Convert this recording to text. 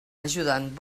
ajudant